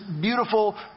beautiful